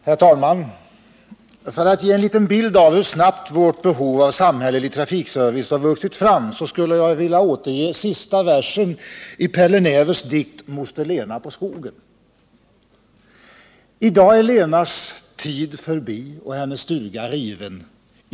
Herr talman! För att ge en liten bild av hur snabbt vårt behov av samhällelig trafikservice har vuxit fram skulle jag vilja återge sista versen i Pälle Nävers dikt Moster Lena på Skogen: Men nu är Lenas tid förbi och hennes stuga riven ....